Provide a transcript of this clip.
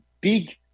big